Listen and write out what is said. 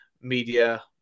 media